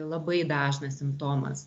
labai dažnas simptomas